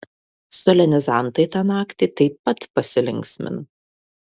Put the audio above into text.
solenizantai tą naktį taip pat pasilinksmino